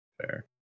Fair